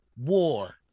war